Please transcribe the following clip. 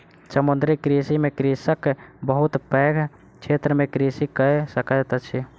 समुद्रीय कृषि में कृषक बहुत पैघ क्षेत्र में कृषि कय सकैत अछि